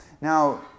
Now